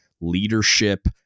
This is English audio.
leadership